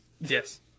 Yes